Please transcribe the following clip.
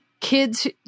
kids